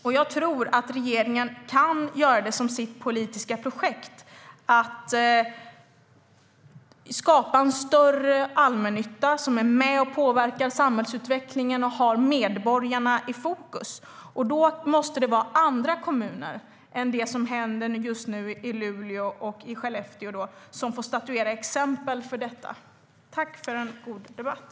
Och jag tror att regeringen kan göra det till sitt politiska projekt att skapa en större allmännytta som är med och påverkar samhällsutvecklingen och har medborgarna i fokus. Då måste det vara andra kommuner, inte det som händer just nu i Luleå och i Skellefteå, som får stå som exempel på detta. Tack för en god debatt!